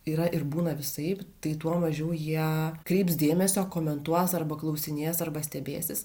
yra ir būna visaip tai tuo mažiau jie kreips dėmesio komentuos arba klausinės arba stebėsis